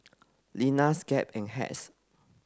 Lenas Gap and Hacks